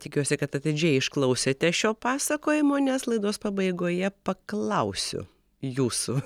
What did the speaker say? tikiuosi kad atidžiai išklausėte šio pasakojimo nes laidos pabaigoje paklausiu jūsų